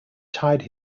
tied